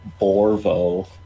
Borvo